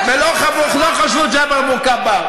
ולא חשבו על ג'בל מוכבר.